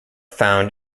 found